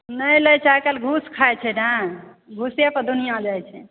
नहि लै छै आइ काल्हि घूस खाइ छै ने घूसे पर दुनिऑं जाइ छै